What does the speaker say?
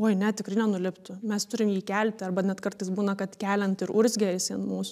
oi ne tikrai nenuliptų mes turim jį kelti arba net kartais būna kad keliant ir urzgia jisai ant mūsų